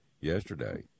yesterday